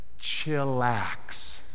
chillax